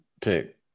pick